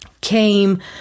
came